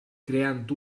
creant